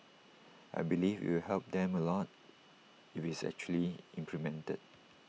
I believe IT will help them A lot if it's actually implemented